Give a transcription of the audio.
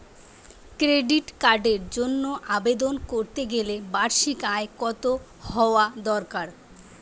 Credit কার্ডের জন্য আবেদন করতে গেলে বার্ষিক আয় কত হওয়া দরকার?